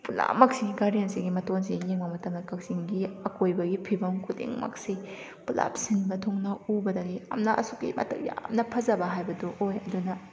ꯄꯨꯝꯅꯃꯛꯁꯤ ꯒꯥꯔꯗꯦꯟꯁꯤꯒꯤ ꯃꯇꯣꯟꯁꯤꯗꯩ ꯌꯦꯡꯕ ꯃꯇꯝꯗ ꯀꯛꯆꯤꯡꯒꯤ ꯑꯀꯣꯏꯕꯒꯤ ꯐꯤꯕꯝ ꯈꯨꯗꯤꯡꯃꯛꯁꯤ ꯄꯨꯂꯞ ꯁꯤꯟꯕ ꯊꯨꯡꯅ ꯎꯕꯗꯗꯤ ꯌꯥꯝꯅ ꯑꯁꯨꯛꯀꯤ ꯃꯇꯤꯛ ꯌꯥꯝꯅ ꯐꯖꯕ ꯍꯥꯏꯕꯗꯣ ꯑꯣꯏ ꯑꯗꯨꯅ